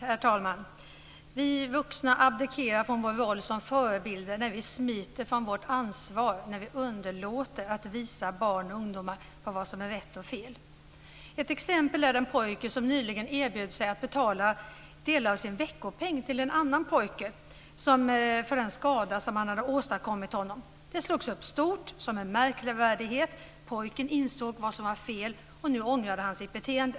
Herr talman! Vi vuxna abdikerar från vår roll som förebilder när vi smiter från vårt ansvar, när vi underlåter att visa barn och ungdomar på vad som är rätt och fel. Ett exempel är den pojke som nyligen erbjöd sig att betala del av sin veckopeng till en annan pojke för den skada som han hade åsamkat denne. Det slogs upp stort som en märkvärdighet. Pojken insåg vad som var fel, och nu ångrade han sitt beteende.